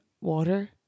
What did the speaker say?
water